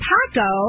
Paco